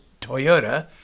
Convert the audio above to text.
Toyota